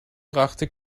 brachte